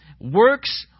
works